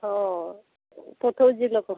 ହ ହ ପଠଉଛି ଲୋକ